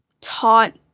taught